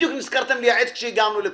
בדיוק נזכרתם לייעץ כשהגענו לפה.